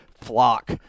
Flock